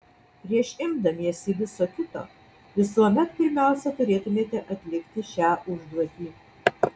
prieš imdamiesi viso kito visuomet pirmiausia turėtumėte atlikti šią užduotį